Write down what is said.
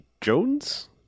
jones